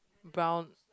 brown